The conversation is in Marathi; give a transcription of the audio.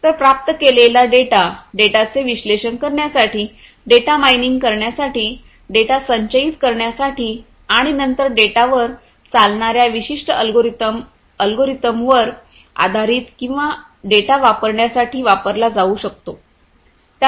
तर प्राप्त केलेला डेटा डेटाचे विश्लेषण करण्यासाठी डेटा माइनिंग करण्यासाठी डेटा संचयित करण्यासाठी आणि नंतर डेटावर चालणार्या विशिष्ट अल्गोरिदमांवर आधारित किंवा डेटा वापरण्यासाठी वापरला जाऊ शकतो